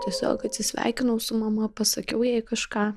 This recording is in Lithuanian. tiesiog atsisveikinau su mama pasakiau jai kažką